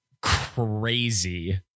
crazy